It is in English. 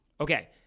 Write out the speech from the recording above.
Okay